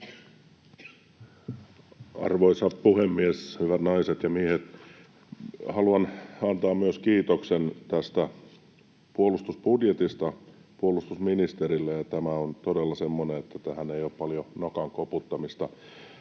Arvoisa puhemies! Hyvät naiset ja miehet! Haluan myös antaa kiitoksen tästä puolustusbudjetista puolustusministerille. Tämä on todella semmoinen, että tähän ei ole paljon nokan koputtamista.